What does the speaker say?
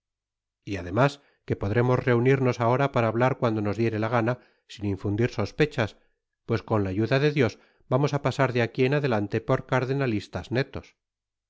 y además que podremos reunirnos ahora para hablar cuando nos diere la gana sin infundir sospechas pues con la ayuda de dios vamos á pasar de aqui en adelante por cardenalistas netos